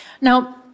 Now